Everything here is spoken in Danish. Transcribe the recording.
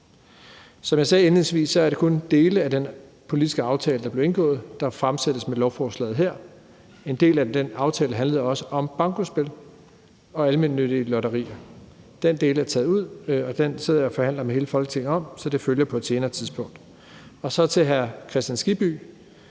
Som jeg sagde indledningsvis, er det kun dele af den politiske aftale, der blev indgået, der indgår i lovforslaget her. En del af den aftale handlede også om bankospil og almennyttige lotterier. Den del er taget ud, og den sidder jeg og forhandler med hele Folketinget om, så det følger på et senere tidspunkt. Og så vil jeg sige til